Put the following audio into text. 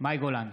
מאי גולן,